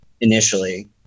initially